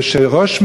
ושראש,